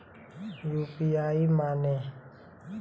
UPI माने?